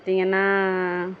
பார்த்தீங்கன்னா